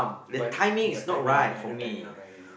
burn your timing I no no timing now right now